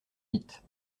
vite